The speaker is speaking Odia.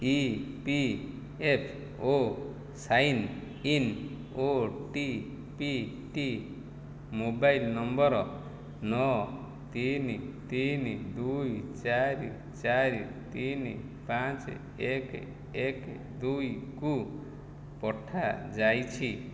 E P F O sign in O T P ଟି ମୋବାଇଲ୍ ନମ୍ବର ନଅ ତିନି ତିନି ଦୁଇ ଚାରି ଚାରି ତିନି ପାଞ୍ଚ ଏକ ଏକ ଦୁଇକୁ ପଠାଯାଇଛି